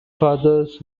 fathers